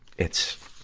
it's,